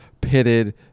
pitted